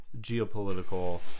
geopolitical